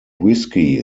whiskey